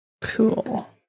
Cool